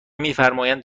میفرمایند